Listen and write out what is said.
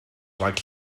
rhag